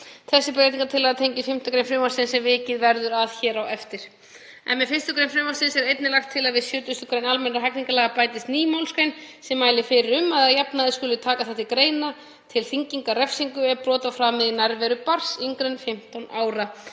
Þessi breytingartillaga tengist 5. gr. frumvarpsins er vikið verður að hér á eftir. Með 1. gr. frumvarpsins er einnig lagt til að við 70. gr. almennra hegningarlaga bætist ný málsgrein sem mælir fyrir um að að jafnaði skuli taka það til greina til þyngingar refsingu ef brot var framið í nærveru barns yngra en 15 ára.